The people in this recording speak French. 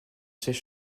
siège